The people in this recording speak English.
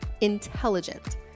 intelligent